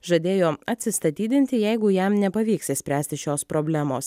žadėjo atsistatydinti jeigu jam nepavyks išspręsti šios problemos